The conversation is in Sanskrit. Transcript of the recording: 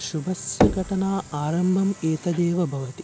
शुभस्य घटना आरम्भम् एतदेव भवति